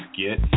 get